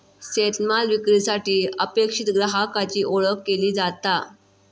शेतमाल विक्रीसाठी अपेक्षित ग्राहकाची ओळख केली जाता